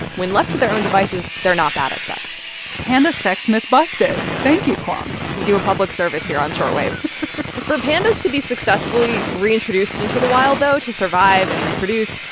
when left to their own devices, they're not bad at sex panda sex myth busted thank you, kwong we do a public service here on short wave for pandas to be successfully reintroduced into the wild, though, to survive and reproduce,